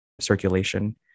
Circulation